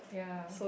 ya